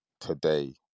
today